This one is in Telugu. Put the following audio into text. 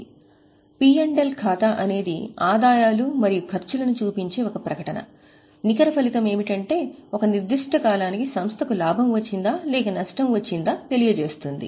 లాభం లేదా నష్టం ఖాతా అనేది ఆదాయాలు మరియు ఖర్చులను చూపించే ఒక ప్రకటన నికర ఫలితం ఏమిటంటే ఒక నిర్దిష్ట కాలానికి సంస్థకు లాభం వచ్చిందా లేక నష్టం వచ్చిందా తెలియజేస్తుంది